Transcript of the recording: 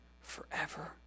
forever